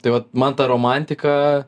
tai vat man ta romantika